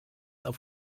auf